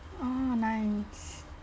oh nice